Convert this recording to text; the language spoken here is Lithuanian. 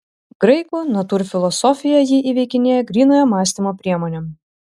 graikų natūrfilosofija jį įveikinėja grynojo mąstymo priemonėm